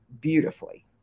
beautifully